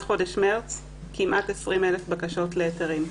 חודש מארס כמעט 20,000 בקשות להיתרים,